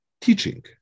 teaching